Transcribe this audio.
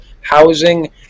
housing